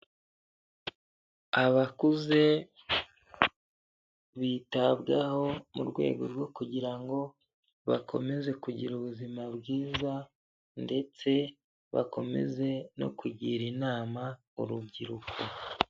Abakuze bitabwaho, mu rwego rwo kugira ngo bakomeze kugira ubuzima bwiza, ndetse bakomeze no kugira inama urubyiruko.